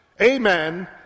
amen